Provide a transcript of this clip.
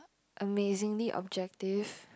amazingly objective